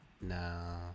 No